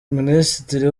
minisitiri